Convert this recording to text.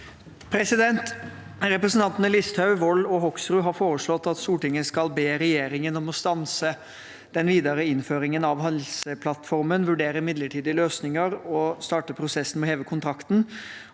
Represen- tantene Listhaug, Wold og Hoksrud har foreslått at Stortinget skal be regjeringen om å stanse den videre innføringen av Helseplattformen, vurdere midlertidige løsninger og starte prosessen med å heve kontrakten,